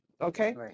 okay